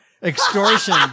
extortion